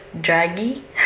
draggy